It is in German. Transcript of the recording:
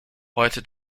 heute